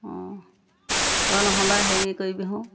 অঁ তই নহ'লে হেৰি কৰিবিচোন